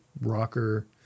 rocker